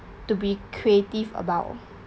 to be creative about